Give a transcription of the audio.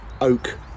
oak